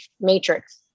matrix